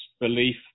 belief